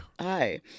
Hi